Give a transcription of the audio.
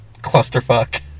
clusterfuck